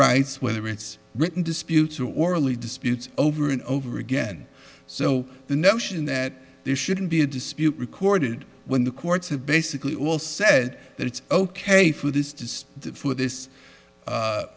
rights whether it's written disputes or orally disputes over and over again so the notion that there shouldn't be a dispute recorded when the courts have basically all said that it's ok for this